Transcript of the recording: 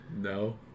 no